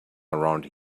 around